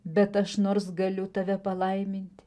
bet aš nors galiu tave palaiminti